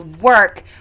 work